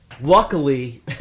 Luckily